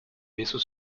vaisseau